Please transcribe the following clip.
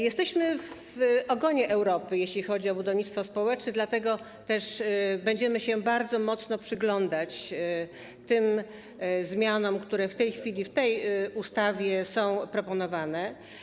Jesteśmy w ogonie Europy, jeśli chodzi o budownictwo społeczne, dlatego też będziemy bardzo dokładnie się przyglądać tym zmianom, które w tej chwili w tej ustawie są proponowane.